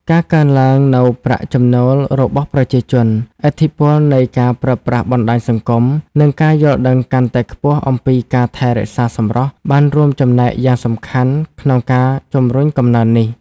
ការកើនឡើងនូវប្រាក់ចំណូលរបស់ប្រជាជន ឥទ្ធិពលនៃការប្រើប្រាស់បណ្ដាញសង្គម និងការយល់ដឹងកាន់តែខ្ពស់អំពីការថែរក្សាសម្រស់ បានរួមចំណែកយ៉ាងសំខាន់ក្នុងការជំរុញកំណើននេះ។